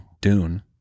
Dune